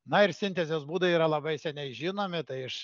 na ir sintezės būdai yra labai seniai žinomi tai iš